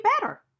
better